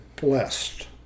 blessed